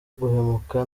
guhemuka